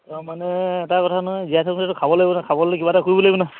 অঁ মানে এটা কথা নয় জীয়াই খাব লাগিব ন খাবলে কিবা এটা কৰিব লাগিব ন